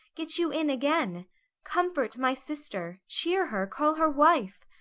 get you in again comfort my sister, cheer her, call her wife.